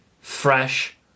fresh